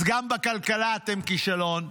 אז גם בכלכלה אתם כישלון.